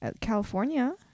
California